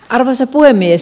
arvoisa puhemies